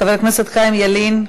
חבר הכנסת חיים ילין,